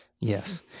Yes